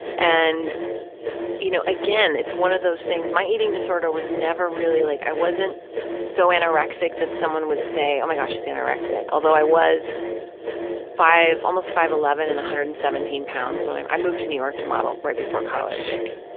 and you know, again, it's one of those things, my eating disorder was never really like, i wasn't so anorexic that someone would say, oh, my gosh, she's anorexic, although i was five, almost five eleven and one hundred and seventeen pounds when i, i moved to new york to model right before college. that's sick.